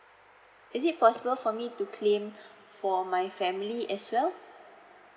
is it possible for me to claim for my family as well